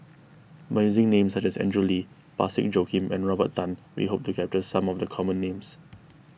by using names such as Andrew Lee Parsick Joaquim and Robert Tan we hope to capture some of the common names